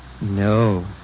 No